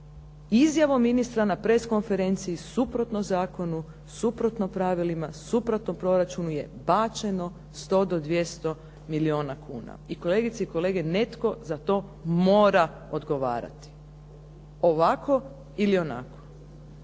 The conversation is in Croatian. izjavom ministra na press konferenciji suprotno zakonu, suprotno pravilima, suprotno proračunu je bačeno 100 do 200 milijona kuna. I kolegice i kolege netko za to mora odgovarati. Ovako ili onako.